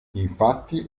infatti